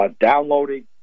downloading